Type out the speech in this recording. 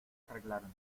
arreglaron